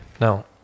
now